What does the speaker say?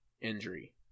injury